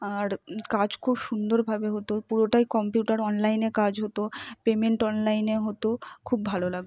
আর কাজ খুব সুন্দরভাবে হতো পুরোটাই কম্পিউটার অনলাইনে কাজ হতো পেমেন্ট অনলাইনে হতো খুব ভালো লাগত